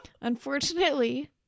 Unfortunately